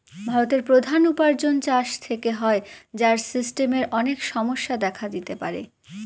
ভারতের প্রধান উপার্জন চাষ থেকে হয়, যার সিস্টেমের অনেক সমস্যা দেখা দিতে পারে